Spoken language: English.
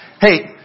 hey